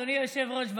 אדוני היושב-ראש,